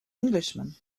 englishman